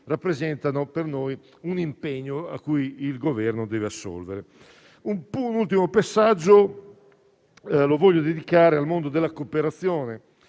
rappresentano un impegno cui il Governo deve assolvere. Un ultimo passaggio lo voglio dedicare al mondo della cooperazione,